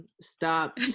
Stop